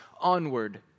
onward